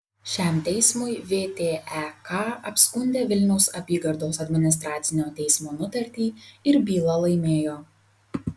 šiam teismui vtek apskundė vilniaus apygardos administracinio teismo nutartį ir bylą laimėjo